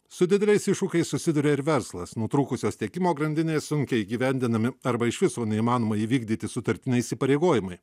su dideliais iššūkiais susiduria ir verslas nutrūkusios tiekimo grandinės sunkiai įgyvendinami arba iš viso neįmanoma įvykdyti sutartiniai įsipareigojimai